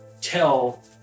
tell